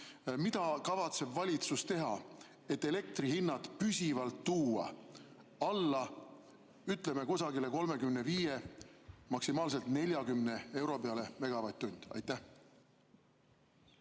mida kavatseb valitsus teha, et elektrihinnad püsivalt tuua alla, ütleme, 35, maksimaalselt 40 euro peale megavatt-tunni